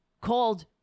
called